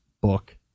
book